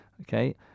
okay